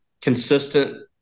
consistent